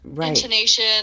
intonation